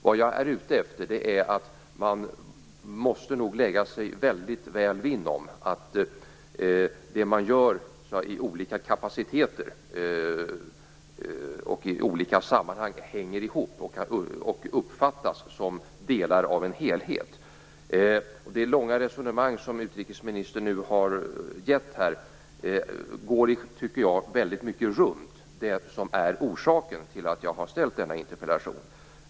Vad jag är ute efter är att man nog måste lägga sig väldigt väl vinn om att det man gör i olika kapaciteter och i olika sammanhang hänger ihop och uppfattas som delar av en helhet. Det långa resonemang som utrikesministern har fört går väldigt mycket runt det som är orsaken till att jag framställt den här interpellationen.